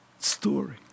story